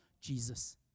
Jesus